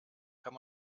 kann